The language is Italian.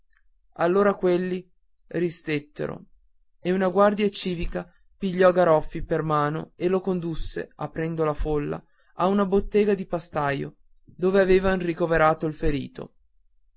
allora quelli ristettero e una guardia civica pigliò garoffi per mano e lo condusse aprendo la folla a una bottega di pastaio dove avevano ricoverato il ferito